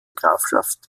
grafschaft